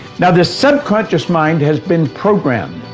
now this subconscious mind has been programmed.